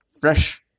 fresh